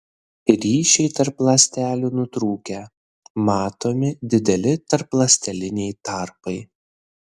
ryšiai tarp ląstelių nutrūkę matomi dideli tarpląsteliniai tarpai